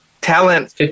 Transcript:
talent